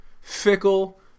Fickle